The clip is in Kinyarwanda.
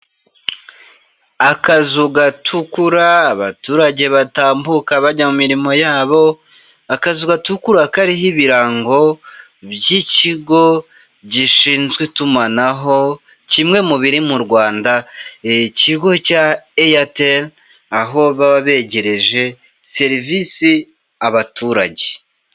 Akazu gatukura abaturage batambuka bajya mu mirimo yabo, akazu gatukura kariho ibirango by'ikigo gishinzwe itumanaho kimwe mu biri mu Rwanda ikigo cya Eyateri aho baba begereje serivisi abaturage.